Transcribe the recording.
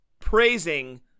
praising